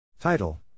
title